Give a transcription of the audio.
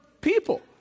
people